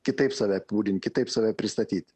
kitaip save apibūdint kitaip save pristatyt